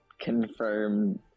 confirmed